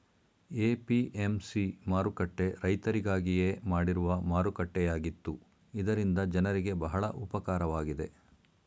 APMC ಮಾರುಕಟ್ಟೆ ರೈತರಿಗಾಗಿಯೇ ಮಾಡಿರುವ ಮಾರುಕಟ್ಟೆಯಾಗಿತ್ತು ಇದರಿಂದ ಜನರಿಗೆ ಬಹಳ ಉಪಕಾರವಾಗಿದೆ